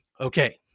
Okay